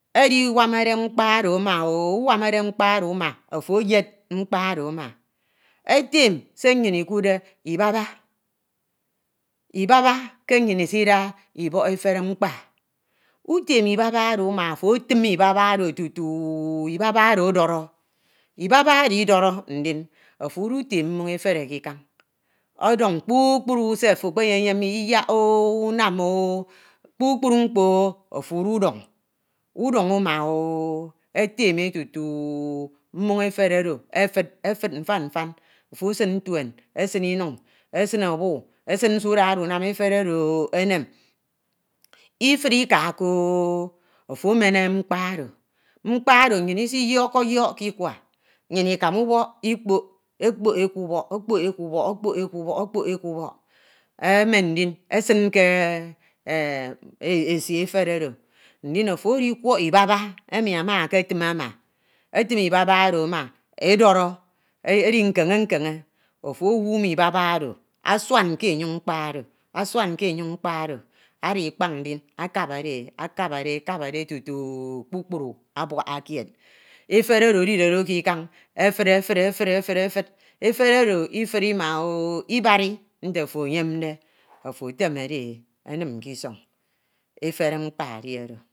edinwamade mkpa oro ama- o, unwamade mkpa oro uma ofo eyed mkpa oro ama etem se nnyin ikuudde ibaba, ibaba ke nnyin isiaa ibok efere mkpa, utem ibaba oro uma ofo etim ibaba tutu e- dore, ibaba oro idọrọ ndin ofọ udutem mmon efere ke ikan odọñ kpukpru se ofo ekpeyem, iyak--o unam O, kpukpru mkpo ofo ududọñ, udọñ uma--o, eteme tutu u mmoñ efere oro efud mfan mfan ofo esin ntuen, esin inun, esin ọbu, esin se udade unam efere oro enem, ifid ikako o, ofo emen mkpa oro, mkpa oro nnyin isiyiokke yiok ke ikwa, nnyin ikamu ubok ikpok, okpok e kubọk, okpok e kubok, okpok e kubọk emen ndin esin ke esi efere oro ndin ofo edikirọk ibaba emi ama eketim ama, etim ibaba oro ama edọrọ edi nkeñe nkeñe, ofo enwume ibaba oro asuan ke enyoñ mkpa oro, asuan ke enyoñ mkpa oro, ada ikpa ndin akabade e akabade e tutu kpukpru abuaba kied. Efere oro edire do ke ikan efid, efid, efid, efere oro ifid ima- o ibadi nte ofo eyemde ofo etemede--e enim ke ison